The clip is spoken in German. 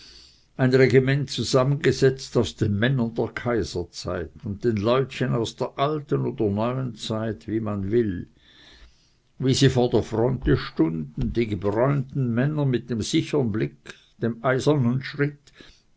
ein regiment zusammengesetzt aus den männern der kaiserzeit und den leutchen der alten oder neuen zeit wie man will wie sie vor der fronte stunden die gebräunten männer mit dem sichern blick dem eisernen